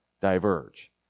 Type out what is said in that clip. diverge